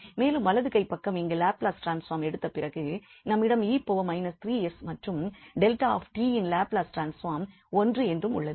மேலும் வலது கைப்பக்கம் இங்கு லாப்லஸ் ட்ரான்ஸ்பார்ம் எடுத்த பிறகு நம்மிடம் 𝑒−3𝑠 மற்றும் 𝛿𝑡இன் லாப்லஸ் ட்ரான்ஸ்பார்ம் 1 என்றும் உள்ளது